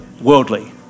worldly